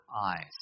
eyes